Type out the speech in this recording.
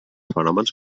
fenòmens